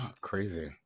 crazy